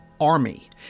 army